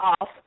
off